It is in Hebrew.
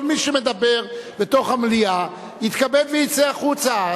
כל מי שמדבר בתוך המליאה יתכבד ויצא החוצה.